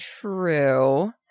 True